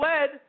led